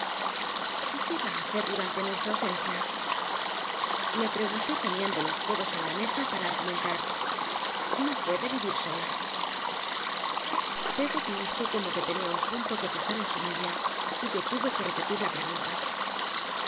y qué va i hacet huan te nuc tta ausencia me pic unté ponicn lo los codos en la mesa pam íl'gumcntar no puede j sola pcggoty hizo como que tenia un punto que co cr en su media y yo tul'c que tepclit la pregunta